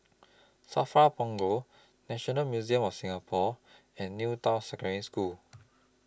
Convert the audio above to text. SAFRA Punggol National Museum of Singapore and New Town Secondary School